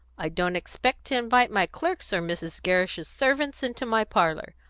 i don't expect to invite my clerks or mrs. gerrish's servants into my parlour.